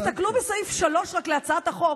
זה חשוב, תסתכלו בסעיף 3 להצעת החוק.